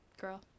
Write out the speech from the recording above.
girl